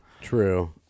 true